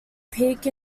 peak